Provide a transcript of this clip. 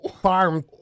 farm